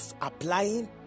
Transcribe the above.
applying